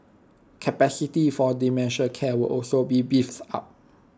capacity for dementia care will also be beefs up